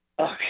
Okay